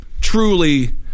truly